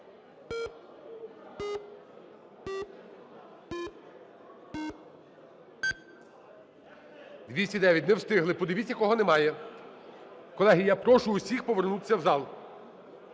За-209 Не встигли. Подивіться, кого немає. Колеги, я прошу всіх повернутися в зал.